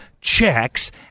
checks